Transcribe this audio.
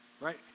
right